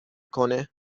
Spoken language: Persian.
کنه